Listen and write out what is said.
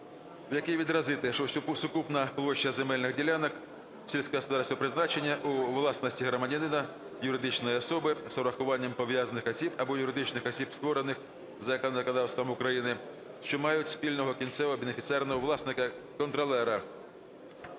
в якій відобразити, що сукупна площа земельних ділянок сільськогосподарського призначення у власності громадянина, юридичної особи з урахуванням пов’язаних осіб або юридичних осіб, створених за законодавством України, що мають спільного кінцевого бенефіціарного власника (контролера)